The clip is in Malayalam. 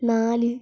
നാല്